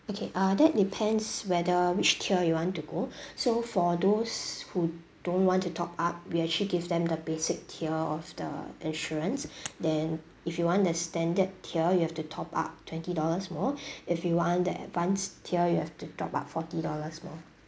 okay uh that depends whether which tier you want to go so for those who don't want to top up we actually give them the basic tier of the insurance then if you want the standard tier you have to top up twenty dollars more if you want the advance tier you have to top up forty dollars more